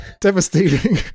devastating